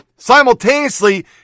simultaneously